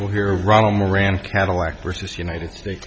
well here ron moran cadillac versus united states